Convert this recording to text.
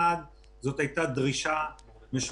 ראשית, זאת הייתה דרישה משותפת